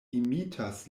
imitas